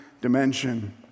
dimension